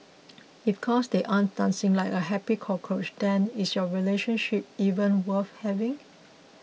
if cause they aren't dancing like a happy cockroach then is your relationship even worth having